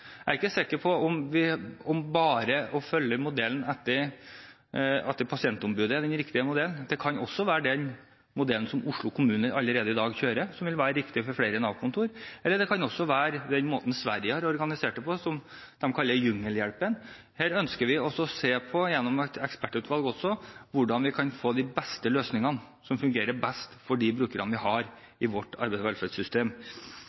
jeg er ikke sikker på at bare å følge modellen til pasientombudet er den riktige modellen. Det kan også være den modellen som Oslo kommune allerede i dag kjører, som vil være riktig for flere Nav-kontor, eller det kan også være den måten Sverige har organisert det på, som de kaller «jungelhjelpen». Her ønsker vi gjennom et ekspertutvalg å se på hvordan vi kan få de beste løsningene som fungerer best for brukerne vi